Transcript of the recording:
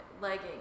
leggings